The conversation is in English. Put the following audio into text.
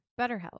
BetterHelp